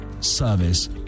service